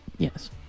Yes